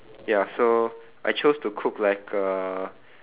ya so I chose to cook like a